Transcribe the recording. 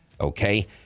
Okay